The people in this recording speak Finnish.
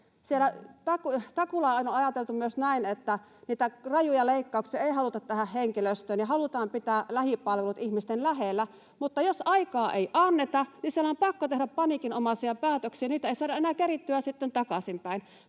takuulla on ajateltu myös näin, että niitä rajuja leikkauksia ei haluta tähän henkilöstöön ja halutaan pitää lähipalvelut ihmisten lähellä, mutta jos aikaa ei anneta, niin siellä on pakko tehdä paniikinomaisia päätöksiä — niitä ei saada enää kerittyä sitten takaisinpäin.